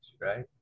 right